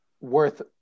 worth